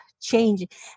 change